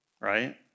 Right